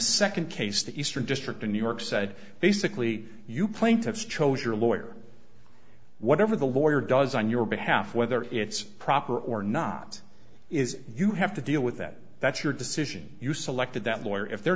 second case the eastern district in new york said basically you plaintiffs chose your lawyer whatever the lawyer does on your behalf whether it's proper or not is you have to deal with that that's your decision you selected that lawyer if they're